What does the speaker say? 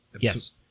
Yes